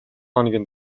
хоногийн